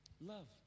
Love